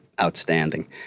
outstanding